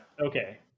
Okay